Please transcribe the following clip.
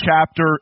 chapter